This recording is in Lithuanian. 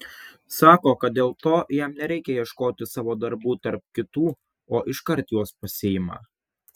sako kad dėl to jam nereikią ieškoti savo darbų tarp kitų o iškart juos pasiima